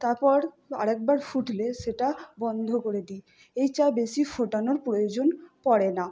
তারপর আরেকবার ফুটলে সেটা বন্ধ করে দিই এই চা বেশি ফোটানোর প্রয়োজন পড়ে না